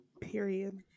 Period